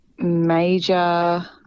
Major